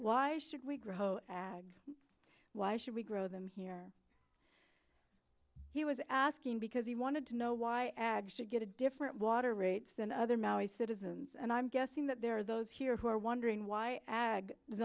why should we grow ad why should we grow them here he was asking because he wanted to know why ag should get a different water rates than other maui citizens and i'm guessing that there are those here who are wondering why a